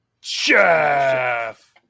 Chef